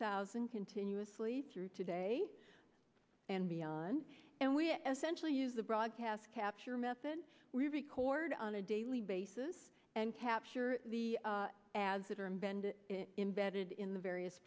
thousand continuously through today and beyond and we essential use the broadcast capture method we record on a daily basis and capture the ads that are in bend imbedded in the various